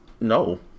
No